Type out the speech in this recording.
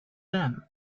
them